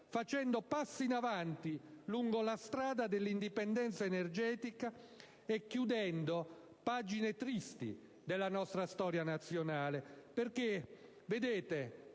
facendo passi in avanti lungo la strada dell'indipendenza energetica e chiudendo pagine tristi della nostra storia nazionale. Perché vedete,